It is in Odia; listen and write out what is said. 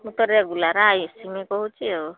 ମୁଁ ତ ରେଗୁଲାର୍ ଆସିମି କହୁଛି ଆଉ